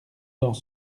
dans